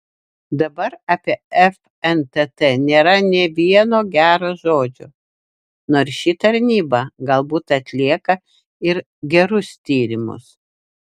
dabar apie fntt nėra nė vieno gero žodžio nors ši tarnyba galbūt atlieka ir gerus tyrimus